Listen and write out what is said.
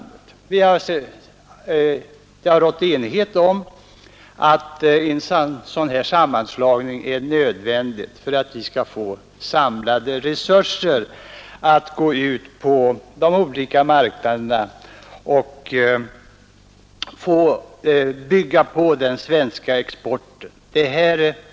Det har alltså rått enighet om att en sådan här sammanslagning är nödvändig för att vi skall få samlade resurser för att gå ut på de olika marknaderna och bygga på den svenska exporten.